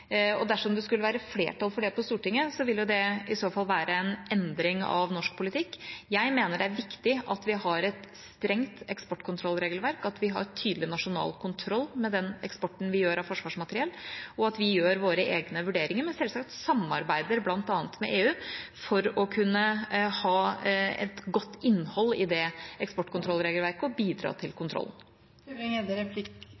Dersom det skulle være flertall for det på Stortinget, ville jo det i så fall være en endring av norsk politikk. Jeg mener det er viktig at vi har et strengt eksportkontrollregelverk, at vi har tydelig nasjonal kontroll med den eksporten vi gjør av forsvarsmateriell, og at vi gjør våre egne vurderinger, men selvsagt samarbeider bl.a. med EU for å kunne ha et godt innhold i det eksportkontrollregelverket og bidra til